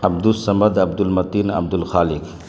Abdul Samad Abdul Mateen Abdul Khaliq